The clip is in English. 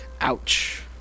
ouch